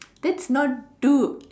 that's not do